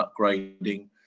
upgrading